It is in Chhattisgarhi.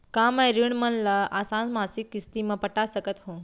का मैं ऋण मन ल आसान मासिक किस्ती म पटा सकत हो?